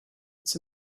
it’s